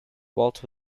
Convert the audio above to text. walt